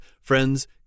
friends